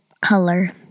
color